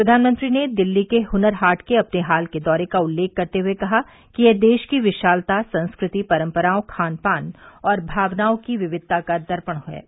प्रधानमंत्री ने दिल्ली के हुनर हाट के अपने हाल के दौरे का उल्लेख करते हुए कहा कि यह देश की विशालता संस्कृति परम्पराओं खान पान और भावनाओं की विविधता का दर्पण है